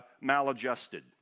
maladjusted